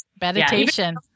Meditation